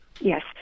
Yes